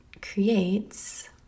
creates